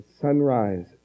sunrise